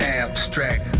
abstract